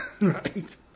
Right